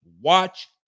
Watch